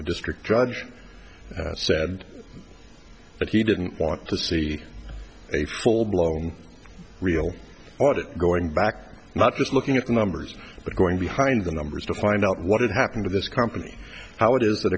the district judge said that he didn't want to see a full blown real audit going back not just looking at the numbers but going behind the numbers to find out what had happened to this company how it is that